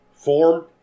Form